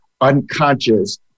unconscious